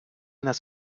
нас